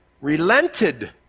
relented